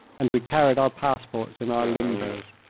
and we carried our passports in our limbers.